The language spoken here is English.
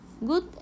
Good